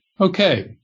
Okay